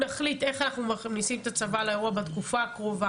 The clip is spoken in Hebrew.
את הצבא לאירוע בתקופה הקרובה